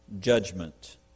judgment